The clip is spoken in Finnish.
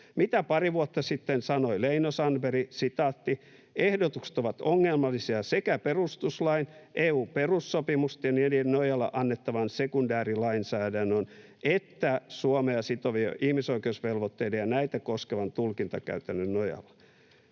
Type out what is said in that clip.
Mitä pari vuotta sitten sanoi Leino-Sandberg? ”Ehdotukset ovat ongelmallisia sekä perustuslain, EU:n perussopimusten ja niiden nojalla annetun sekundäärilainsäädännön että Suomea sitovien ihmisoikeusvelvoitteiden ja näitä koskevan tulkintakäytännön nojalla.